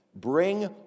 bring